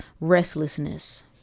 Restlessness